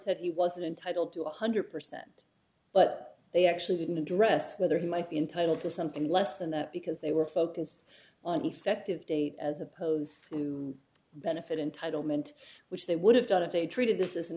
said he wasn't entitled to one hundred percent but they actually didn't address whether he might be entitle to something less than that because they were focused on effective date as opposed to benefit in title meant which they would have done if they treated this is an